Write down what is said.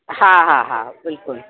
हा हा हा बिल्कुलु